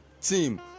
Team